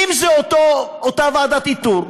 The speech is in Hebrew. אם זה אותה ועדת איתור,